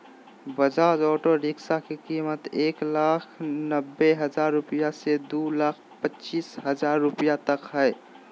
Bajaj auto rickshaw के कीमत एक लाख नब्बे हजार रुपया से दू लाख पचीस हजार रुपया तक हइ